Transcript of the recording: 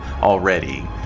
already